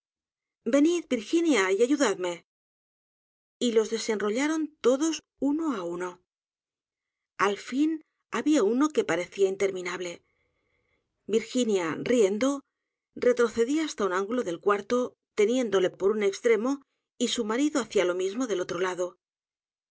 a d m e y los desenrollaron iodos uno á uno su vida y sus obras al fin había uno que parecía interminable virginia riendo retrocedía hasta un ángulo del cuarto teniéndole por un extremo y su marido hacía lo mismo del otro lado